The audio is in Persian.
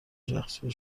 شخصی